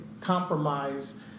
compromise